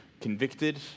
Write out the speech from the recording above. convicted